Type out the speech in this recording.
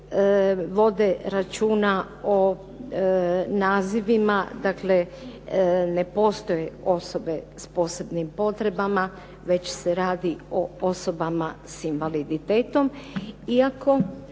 vode računa o nazivima, dakle ne postoje osobe s posebnim potrebama, već se radi o osobama s invaliditetom,